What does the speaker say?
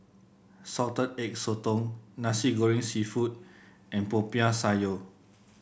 Salted Egg Sotong Nasi Goreng seafood and Popiah Sayur